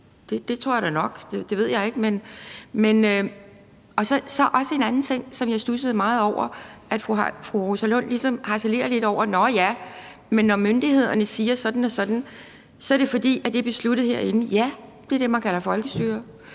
Det tror jeg da nok. Det ved jeg ikke. Så er der også en anden ting, som jeg studsede meget over. Fru Rosa Lund harcelerer ligesom lidt over, at når myndighederne siger sådan og sådan, er det, fordi det er besluttet herinde. Ja, det er det, man kalder folkestyre,